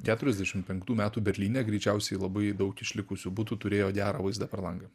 keturiasdešim penktų metais berlyne greičiausiai labai daug išlikusių butų turėjo gerą vaizdą per langą